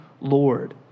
Lord